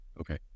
Okay